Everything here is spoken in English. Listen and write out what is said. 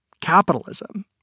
Capitalism